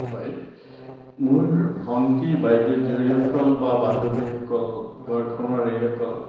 হয় মোৰ ভণ্টি বাইদেউ জীয়ৰীসকল বা বান্ধৱীসকল ঘৰখনৰ হেৰিসকল